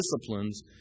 disciplines